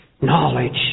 knowledge